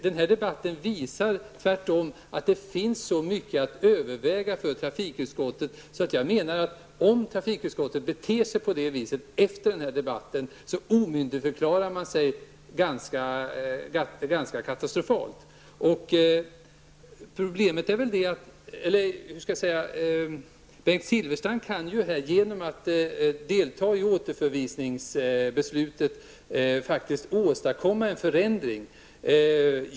Den här debatten visar tvärtom att det finns så mycket för trafikutskottet att överväga att om trafikutskottet efter den här debatten beter sig på det viset omyndigförklarar man sig på ett katastrofalt sätt, menar jag. Bengt Silfverstrand kan ju genom att delta i återförvisningsbeslutet vara med om att åstadkomma en förändring.